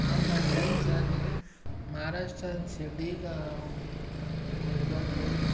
हांव फाटल्या दिसांनी महाराष्ट्रान शिरडीक हांव हाका देव दर्शनाक गेल्लों